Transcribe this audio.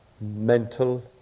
mental